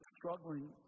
struggling